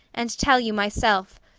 and tell you myself,